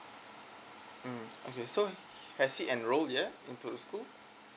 mm okay so has he enrolled yet into the school